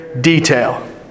detail